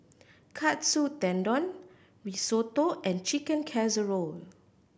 Katsu Tendon Risotto and Chicken Casserole